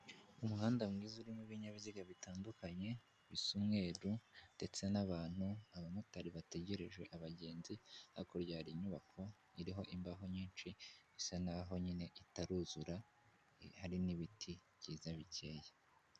Umuhanda mwiza urimo ibinyabiziga bitandukanye bisa umweru, ndetse n'abantu, abamotari bategereje abagenzi, hakurya hari inyubako iriho imbaho nyinshi isa naho nyine itaruzura, hari n'ibiti byiza bikeya.